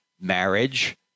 marriage